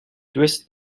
twist